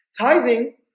Tithing